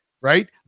right